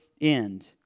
end